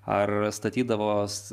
ar statydavos